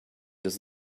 does